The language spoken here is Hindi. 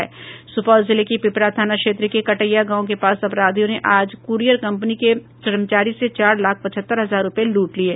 सुपौल जिले के पिपरा थाना क्षेत्र के कटैया गांव के पास अपराधियों ने आज कूरियर कंपनी के कर्मचारी से चार लाख पचहत्तर हजार रूपये लूट लिये